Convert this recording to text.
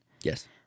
Yes